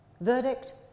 Verdict